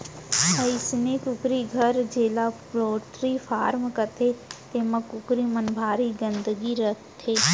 अइसने कुकरी घर जेला पोल्टी फारम कथें तेमा कुकरी मन भारी गंदगी करथे